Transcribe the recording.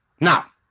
Now